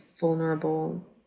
vulnerable